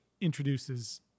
introduces –